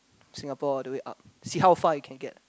Singapore all the way up see how far it can get